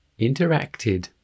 interacted